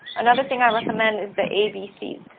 another thing i recommend is the abcs,